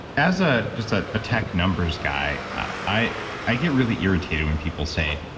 as a just ah a tech numbers guy, i i get really irritated when people say,